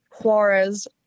Juarez